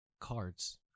cards